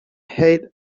height